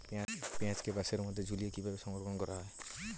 পেঁয়াজকে বাসের মধ্যে ঝুলিয়ে কিভাবে সংরক্ষণ করা হয়?